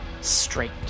straight